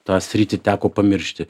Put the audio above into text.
tą sritį teko pamiršti